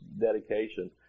dedication